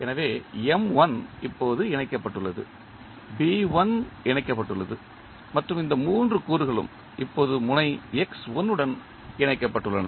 எனவே இப்போது இணைக்கப்பட்டுள்ளது இணைக்கப்பட்டுள்ளது மற்றும் இந்த 3 கூறுகளும் இப்போது முனை உடன் இணைக்கப்பட்டுள்ளன